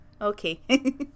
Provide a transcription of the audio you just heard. Okay